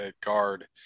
guard